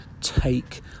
take